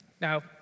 Now